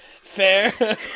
Fair